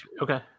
Okay